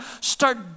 start